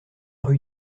rue